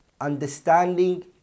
understanding